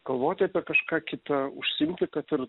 galvoti apie kažką kita užsiimti kad ir